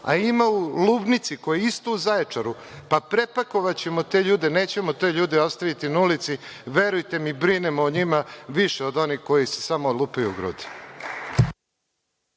a ima u „Lubnici“, koja je isto u Zaječaru, pa, prepakovaćemo te ljude, nećemo te ljude ostaviti na ulici, verujte mi brinemo o njima, više od onih koji se samo lupaju u grudi.